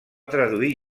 traduir